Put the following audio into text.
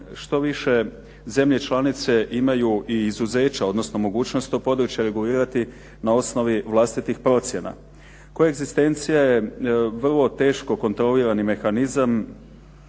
Štoviše, zemlje članice imaju i izuzeća, odnosno mogućnost to područje regulirati na osnovi vlastitih procjena. Koegzistencija je vrlo teško kontrolirani mehanizam